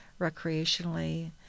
recreationally